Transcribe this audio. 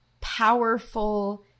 powerful